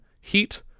Heat